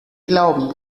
glauben